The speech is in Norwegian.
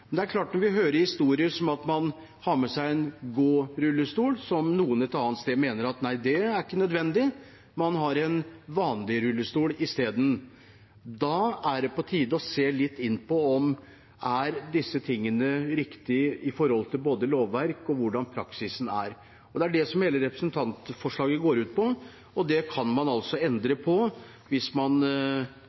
når vi hører historier som at man har med seg en gårullestol, som noen et annet sted mener at ikke er nødvendig, at man har en vanlig rullestol i stedet, da er det på tide å se litt på om dette er riktig i forhold til både lovverk og hvordan praksisen er. Og det er det hele representantforslaget går ut på. Dette kan man altså endre på hvis man